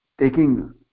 taking